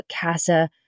CASA